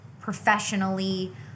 professionally